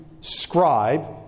scribe